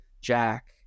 Jack